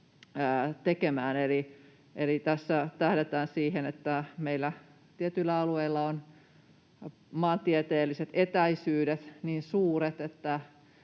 tekemään. Eli tässä tähdätään siihen, että kun meillä tietyillä alueilla on maantieteelliset etäisyydet niin suuret, että